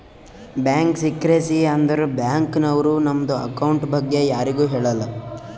bank secrecy ಅಂದುರ್ bank ನವ್ರು ನಮ್ದು ಅಕೌಂಟ್ ಬಗ್ಗೆ ಯಾರಿಗು ಹೇಳಲ್ಲ